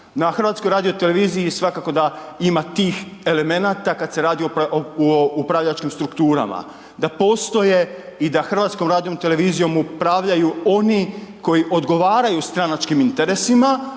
nekakvoj stranci. Na HRT-u svakako da ima tih elemenata kad se radi o upravljačkim strukturama, da postoje i da HRT-om upravljaju oni koji odgovaraju stranačkim interesima